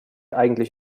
eigentlich